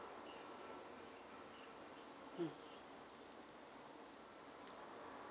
um